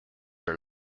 are